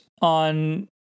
on